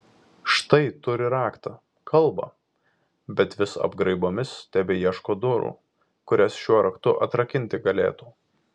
štai turi raktą kalbą bet vis apgraibomis tebeieško durų kurias šiuo raktu atrakinti galėtų